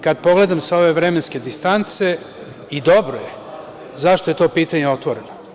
Kad pogledam sa ove vremenske distance, i dobro je zašto je to pitanje otvoreno.